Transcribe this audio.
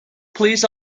please